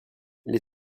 les